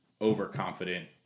overconfident